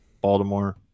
Baltimore